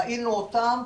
ראינו אותם,